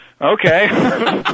okay